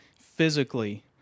physically